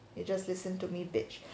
you just listen to me bitch